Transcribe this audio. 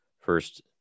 first